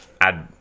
add